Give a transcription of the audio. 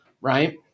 right